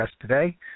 today